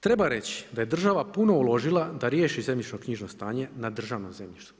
Treba reći da je država puno uložila da riješi zemljišno knjižno stanje na državnom zemljištu.